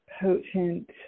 potent